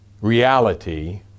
reality